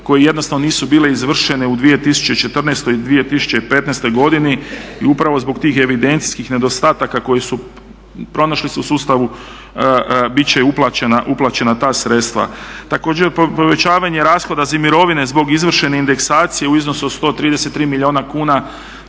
koji jednostavno nisu bile izvršene u 2014. i 2015. godini i upravo zbog tih evidencijskih nedostataka koji su pronašli se u sustavu bit će uplaćena ta sredstva. Također, povećavanje rashoda za mirovine zbog izvršene indeksacije u iznosu od 133 milijuna kuna